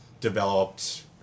developed